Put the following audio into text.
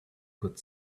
could